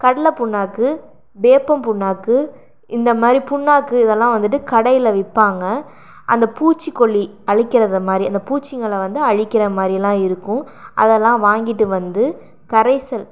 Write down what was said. கடலை புண்ணாக்கு வேப்பம் புண்ணாக்கு இந்த மாதிரி புண்ணாக்கு இதெல்லாம் வந்து கடையில் விற்பாங்க அந்த பூச்சிக்கொல்லி அழிக்கிறது மாதிரி அந்த பூச்சிகளை அழிக்கிற மாதிரிலா இருக்கு அதெல்லாம் வாங்கிட்டு வந்து கரைசல்